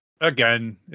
Again